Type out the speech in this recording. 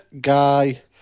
Guy